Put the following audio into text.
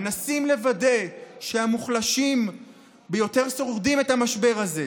מנסים לוודא שהמוחלשים ביותר שורדים את המשבר הזה.